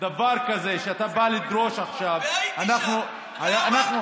דבר כזה שאתה בא לדרוש עכשיו, והייתי שם ואמרתי.